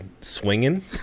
swinging